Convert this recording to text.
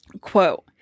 Quote